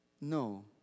No